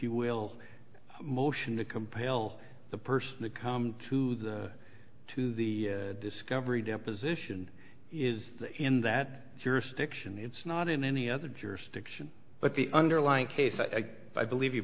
you will motion to compel the person to come to the to the discovery deposition is in that he stiction it's not in any other jurisdiction but the underlying case i believe you